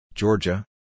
Georgia